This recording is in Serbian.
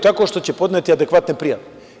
Tako što će podneti adekvatne prijave.